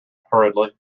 hurriedly